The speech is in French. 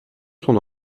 son